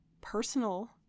personal